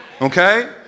Okay